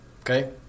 Okay